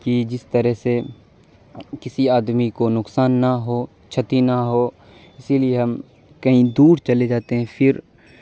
کہ جس طرح سے کسی آدمی کو نقصان نہ ہو چھتی نہ ہو اسی لیے ہم کہیں دور چلے جاتے ہیں فھر